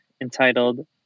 entitled